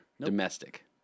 domestic